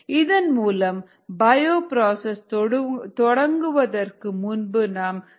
இதன் மூலம் பயோப்ராசஸ் தொடங்குவதற்கு முன்பு நாம் சுத்த நிலையை அடையலாம்